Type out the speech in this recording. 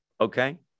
Okay